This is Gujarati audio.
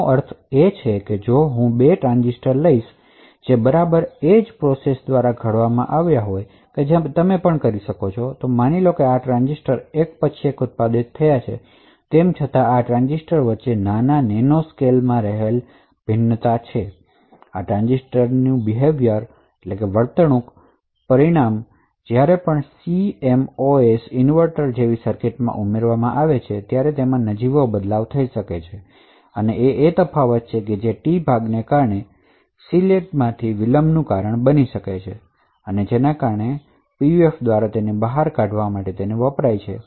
આનો અર્થ એ છે કે જો હું 2 ટ્રાંઝિસ્ટર લઈશ જે બરાબર એ જ પ્રોસેસ દ્વારા ઘડવામાં આવ્યા છે અને તમે પણ કરી શકો છો તો માની લો કે આ ટ્રાંઝિસ્ટર એક પછી એક ઉત્પાદિત થયા છે તેમ છતાં આ ટ્રાંઝિસ્ટર વચ્ચે નાની નેનોસ્કેલ ભિન્નતા છે અને આ ટ્રાન્ઝિસ્ટરની વર્તણૂકને પરિણામે જ્યારે CMOS ઇન્વર્ટર જેવી સર્કિટમાં ઉમેરવામાં આવે છે ત્યારે તે ખૂબ નજીવો બદલાઇ શકે છે તે આ નજીવો તફાવત છે જે T ભાગને કારણે ઑસિલેટરમાં ડીલે નું કારણ બને છે અને આ તે છે જે પીયુએફદ્વારા ઉપકરણ માટેની સહી બહાર કાઢવા માટે વપરાય છે